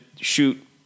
shoot